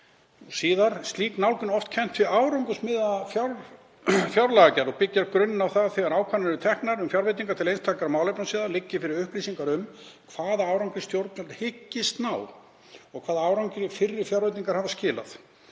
[…] Slík nálgun er oft kennd við árangursmiðaða fjárlagagerð og byggir í grunninn á að þegar ákvarðanir eru teknar um fjárveitingar til einstakra málefnasviða liggi fyrir upplýsingar um hvaða árangri stjórnvöld hyggist ná og hvaða árangri fyrri fjárveitingar hafa skilað.